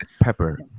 pepper